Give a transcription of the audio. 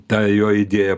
ta jo idėja